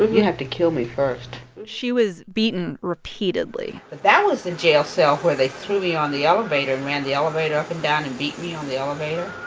you have to kill me first she was beaten repeatedly that was the jail cell where they threw me on the elevator and ran the elevator up and down and beat me on the elevator.